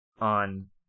on